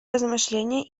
размышление